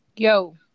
yo